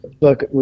look